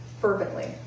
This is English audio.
fervently